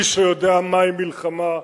איש שיודע מהי מלחמה,